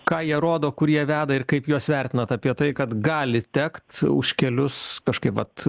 ką jie rodo kur jie veda ir kaip juos vertinat apie tai kad gali tekt už kelius kažkaip vat